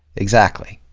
exactly.